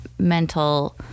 mental